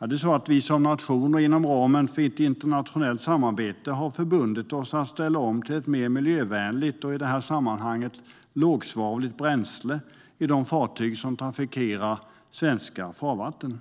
Jo, det är så att vi som nation inom ramen för ett internationellt samarbete har förbundit oss att ställa om till ett mer miljövänligt - i det här sammanhanget lågsvavligt - bränsle i de fartyg som trafikerar svenska farvatten.